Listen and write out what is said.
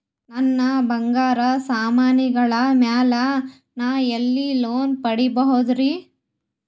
ನನ್ನ ಬಂಗಾರ ಸಾಮಾನಿಗಳ ಮ್ಯಾಲೆ ನಾ ಎಲ್ಲಿ ಲೋನ್ ಪಡಿಬೋದರಿ?